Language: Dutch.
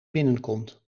binnenkomt